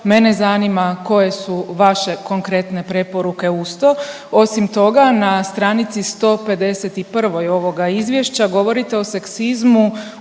mene zanima koje su vaše konkretne preporuke uz to. Osim toga na stranici 151. ovoga izvješća govorite o seksizmu